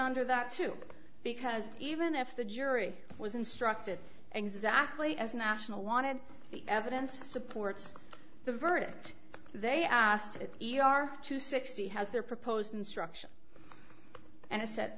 under that too because even if the jury was instructed exactly as national wanted the evidence supports the verdict they asked it e r to sixty has their proposed instruction and i said